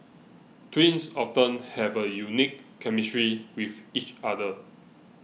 twins often have a unique chemistry with each other